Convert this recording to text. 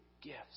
gifts